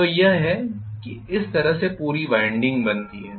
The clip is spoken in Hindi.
तो यह है कि इस तरह से पूरी वाइंडिंग बनती है